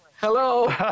Hello